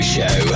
Show